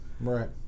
Right